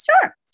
Sure